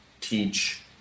teach